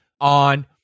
on